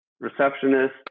receptionist